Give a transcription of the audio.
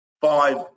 five